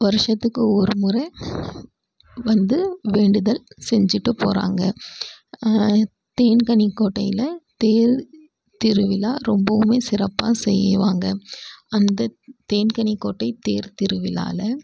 வருடத்துக்கு ஒரு முறை வந்து வேண்டுதல் செஞ்சுட்டு போகிறாங்க தேன்கனிக்கோட்டையில் தேர் திருவிழா ரொம்பவும் சிறப்பாக செய்வாங்க அந்த தேன்கனிக்கோட்டை தேர் திருவிழாவில்